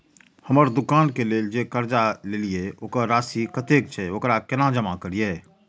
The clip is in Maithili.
हम दुकान के लेल जे कर्जा लेलिए वकर राशि कतेक छे वकरा केना जमा करिए?